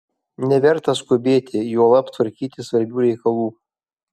neverta skubėti juolab tvarkyti svarbių reikalų